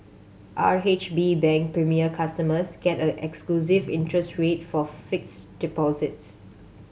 R H B Bank Premier customers get a exclusive interest rate for fixed deposits